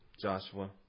Joshua